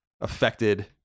affected